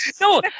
No